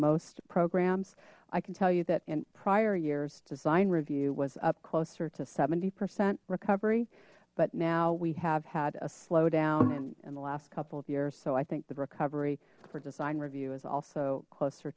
most programs i can tell you that in prior years design review was up closer to seventy percent recovery but now we have had a slowdown in the last couple of years so i think the recovery for design review is also closer